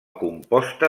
composta